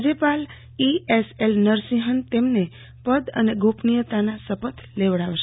રાજ્યપાલ ઈએસએલ નરસિંહને તેમને પદ અને ગોપનીયતાને શપથ લેવડાવશે